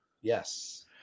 Yes